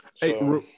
Hey